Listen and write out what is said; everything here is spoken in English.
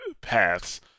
paths